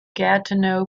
gatineau